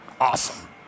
awesome